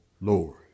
Lord